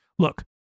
Look